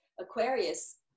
Aquarius